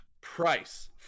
Price